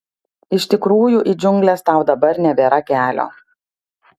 iš tikrųjų į džiungles tau dabar nebėra kelio